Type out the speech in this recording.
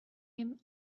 him